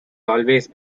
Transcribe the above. always